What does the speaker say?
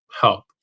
help